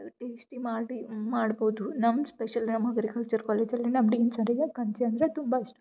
tasty ಮಾಡಿ ಮಾಡ್ಬೌದು ನಮ್ಮ ಸ್ಪೆಷಲ್ ನಮಗೆ ಅಗ್ರಿಕಲ್ಚರ್ ಕಾಲೇಜಲ್ಲಿ ನಮ್ಮ ಟೀಮ್ ಸರಿಗೆ ಗಂಜಿ ಅಂದರೆ ತುಂಬ ಇಷ್ಟ